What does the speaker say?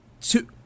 two